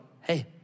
hey